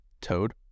Toad